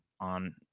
on